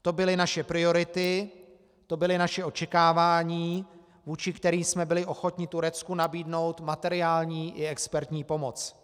To byly naše priority, to byla naše očekávání, vůči kterým jsme byli ochotni Turecku nabídnout materiální i expertní pomoc.